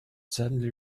suddenly